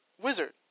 wizard